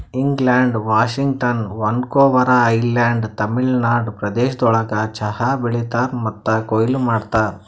England, Washington, Vancouver Island, Tamil Nadu ಪ್ರದೇಶಗೊಳ್ದಾಗ್ ಚಹಾ ಬೆಳೀತಾರ್ ಮತ್ತ ಕೊಯ್ಲಿ ಮಾಡ್ತಾರ್